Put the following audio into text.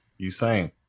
Usain